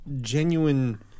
genuine